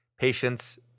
Patients